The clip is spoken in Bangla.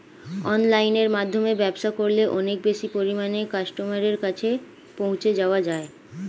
অনলাইনের মাধ্যমে ব্যবসা করলে অনেক বেশি পরিমাণে কাস্টমারের কাছে পৌঁছে যাওয়া যায়?